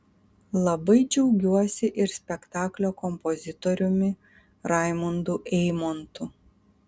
labai džiaugiuosi ir spektaklio kompozitoriumi raimundu eimontu